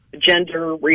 gender